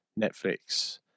Netflix